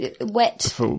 wet